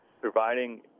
providing